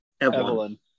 Evelyn